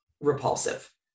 repulsive